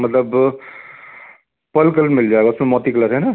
मतलब pearl colour मिल जाएगा उसमें मोती कलर है ना